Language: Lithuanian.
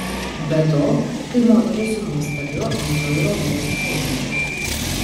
be to tai moteris su nuostabiu autoironijos pojūčiu